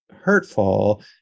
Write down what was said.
hurtful